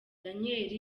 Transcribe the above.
daniel